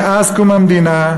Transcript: מאז קום המדינה,